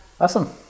Awesome